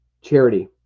charity